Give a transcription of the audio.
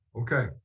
okay